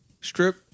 strip